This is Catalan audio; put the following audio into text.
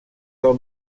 del